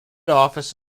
office